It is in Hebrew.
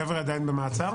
החבר'ה עדיין במעצר?